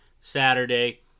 Saturday